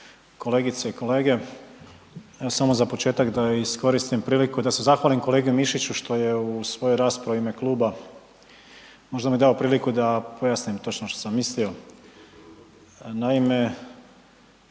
kolegice i kolege. Samo za početak da iskoristim priliku da se zahvalim kolegi Mišiću što je u svojoj raspravi u ime kluba možda mi dao priliku da pojasnim točno što sam mislio. Naime,